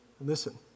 Listen